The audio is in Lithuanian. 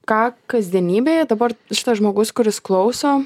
ką kasdienybėje dabar šitas žmogus kuris klauso